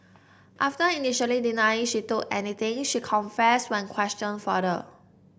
after initially denying she took anything she confessed when questioned further